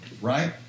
right